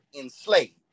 enslaved